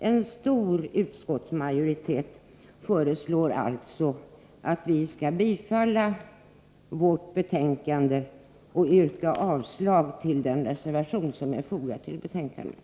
En stor utskottsmajoritet föreslår alltså att vi skall bifalla hemställan i justitieutskottets betänkande 17 och yrka avslag på den reservation som är fogad till betänkandet.